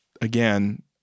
again